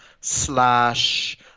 slash